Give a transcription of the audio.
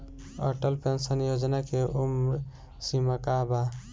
Atal pension योजना मे उम्र सीमा का बा?